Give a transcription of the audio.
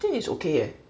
fifteen is okay eh